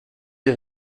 les